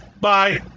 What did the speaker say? bye